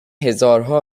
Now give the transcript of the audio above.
هزارها